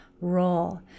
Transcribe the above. role